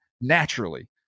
naturally